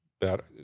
better